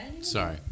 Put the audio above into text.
Sorry